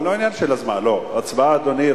אדוני,